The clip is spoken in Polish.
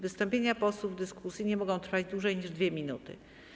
Wystąpienia posłów w dyskusji nie mogą trwać dłużej niż 2 minuty.